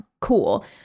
cool